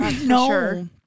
No